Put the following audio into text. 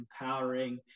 empowering